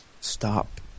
stop